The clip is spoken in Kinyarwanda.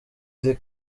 iri